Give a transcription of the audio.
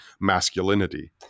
masculinity